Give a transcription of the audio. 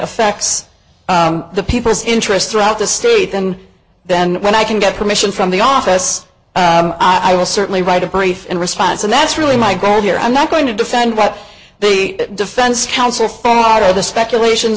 affects the people's interest throughout the state and then when i can get permission from the office i will certainly write a brief in response and that's really my goal here i'm not going to defend what the defense counsel or the speculation